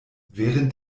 während